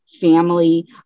family